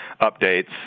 updates